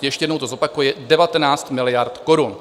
Ještě jednou to zopakuji: 19 miliard korun.